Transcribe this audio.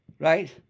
right